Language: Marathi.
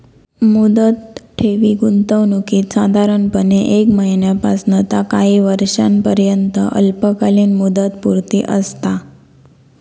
मुदत ठेवी गुंतवणुकीत साधारणपणे एक महिन्यापासना ता काही वर्षांपर्यंत अल्पकालीन मुदतपूर्ती असता